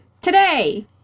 Today